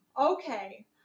Okay